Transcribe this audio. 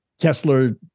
Kessler